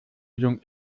lösung